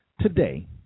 today